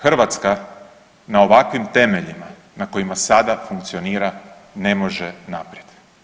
Hrvatska na ovakvim temeljima na kojima sada funkcionira ne može naprijed.